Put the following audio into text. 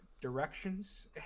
directions